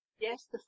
Yes